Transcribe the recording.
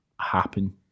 happen